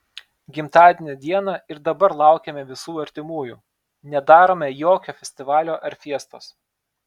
gimtadienio dieną ir dabar laukiame visų artimųjų nedarome jokio festivalio ar fiestos